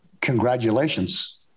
Congratulations